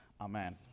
Amen